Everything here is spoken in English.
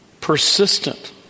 persistent